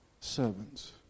servants